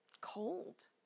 cold